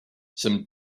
some